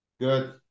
Good